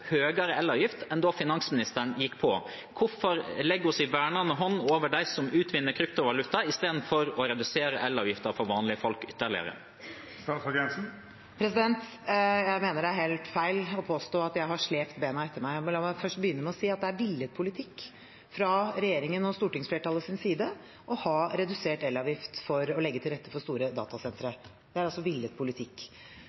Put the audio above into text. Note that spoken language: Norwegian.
elavgift enn da finansministeren gikk på. Hvorfor legger hun sin vernende hånd over dem som utvinner kryptovaluta, i stedet for å redusere elavgiften for vanlige folk? Jeg mener det er helt feil å påstå at jeg har slept beina etter meg. Men la meg begynne med å si at det er villet politikk fra regjeringens og stortingsflertallets side å ha redusert elavgift for å legge til rette for store datasentre.